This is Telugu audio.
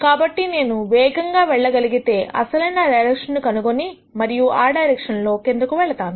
కాబట్టి నేను వేగంగా వెళ్ళగలిగితే అసలైన డైరెక్షన్ ను కనుగొని మరియు ఆ డైరెక్షన్ లో కిందకు వెళతాను